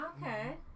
okay